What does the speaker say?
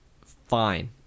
fine